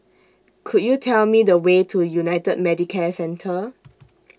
Could YOU Tell Me The Way to United Medicare Centre